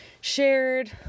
shared